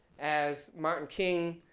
as martin king,